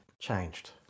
changed